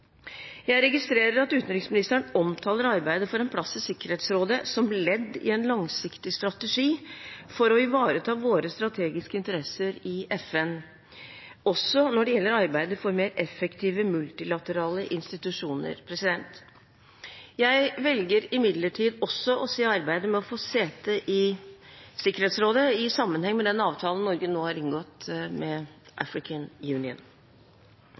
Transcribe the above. Jeg registrerer at utenriksministeren omtaler arbeidet for en plass i Sikkerhetsrådet som «ledd i en langsiktig politikk for å ivareta våre strategiske interesser i FN», også når det gjelder arbeidet «for mer effektive multilaterale institusjoner». Jeg velger imidlertid også å se arbeidet med å få sete i Sikkerhetsrådet i sammenheng med den avtalen Norge nå har inngått med African Union.